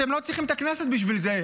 אתם לא צריכים את הכנסת בשביל זה,